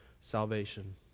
salvation